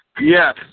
Yes